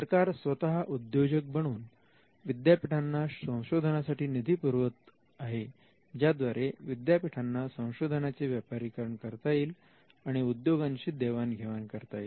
सरकार स्वतः उद्योजक बनून विद्यापीठांना संशोधनासाठी निधी पुरवत आहे ज्याद्वारे विद्यापीठांना संशोधनाचे व्यापारीकरण करता येईल आणि उद्योगांशी देवाण घेवाण करता येईल